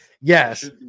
Yes